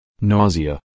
nausea